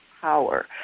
power